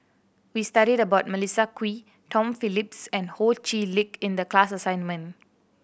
we studied about Melissa Kwee Tom Phillips and Ho Chee Lick in the class assignment